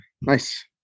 Nice